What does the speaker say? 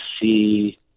see